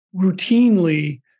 routinely